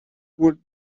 would